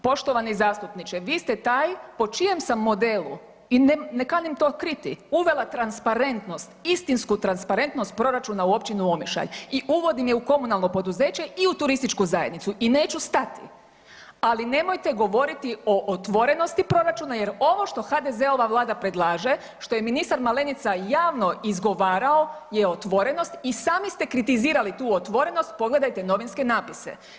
Poštovani zastupniče, vi ste taj po čijem sam modelu i ne kanim to kriti uvela transparentnost, istinsku transparentnost proračuna u Općinu Omišalj i uvodim je u komunalno poduzeće i u TZ i neću stati, ali nemojte govoriti o otvorenosti proračuna je ovo što HDZ-ova vlada predlaže, što je ministar Malenica javno izgovarao je otvorenost i sami ste kritizirali tu otvorenost, pogledajte novinske napise.